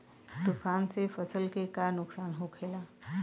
तूफान से फसल के का नुकसान हो खेला?